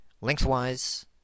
lengthwise